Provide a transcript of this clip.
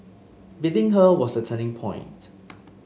beating her was the turning point